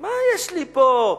מה יש לי פה?